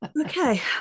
Okay